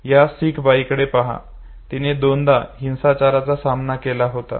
या शीख बाईकडे पहा जिने दोनदा हिंसाचाराचा सामना केला होता